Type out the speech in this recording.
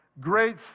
great